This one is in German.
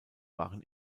waren